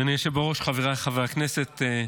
אדוני היושב בראש, חבריי חברי הכנסת,